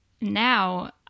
now